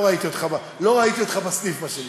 לא ראיתי אותך בסניף, מה שנקרא.